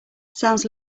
sounds